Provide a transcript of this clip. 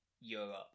Europe